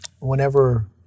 whenever